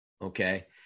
Okay